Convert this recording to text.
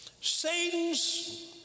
Satan's